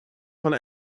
van